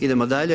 Idemo dalje.